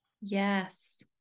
Yes